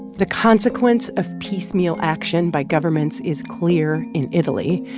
the consequence of piecemeal action by governments is clear in italy.